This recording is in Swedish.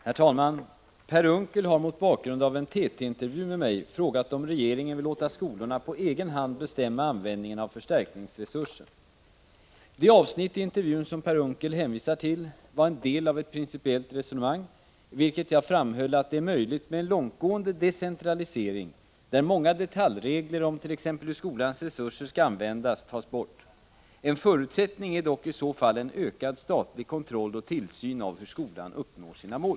Herr talman! Per Unckel har mot bakgrund av en TT-intervju med mig frågat om regeringen vill låta skolorna på egen hand bestämma användningen av förstärkningsresursen. Det avsnitt i intervjun som Per Unckel hänvisar till var en del av ett principiellt resonemang, i vilket jag framhöll att det är möjligt med en långtgående decentralisering, där många detaljregler om t.ex. hur skolans resurser skall användas tas bort. En förutsättning är dock i så fall en ökad statlig kontroll och tillsyn av hur skolan uppnår sina mål.